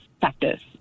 factors